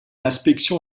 inspection